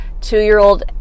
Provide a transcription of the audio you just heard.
two-year-old